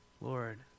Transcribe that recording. Lord